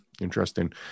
Interesting